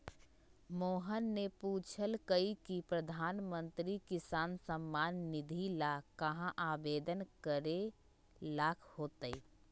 मोहन ने पूछल कई की प्रधानमंत्री किसान सम्मान निधि ला कहाँ आवेदन करे ला होतय?